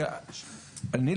אני,